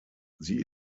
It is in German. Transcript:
sie